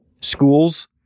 schools